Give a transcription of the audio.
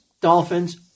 dolphins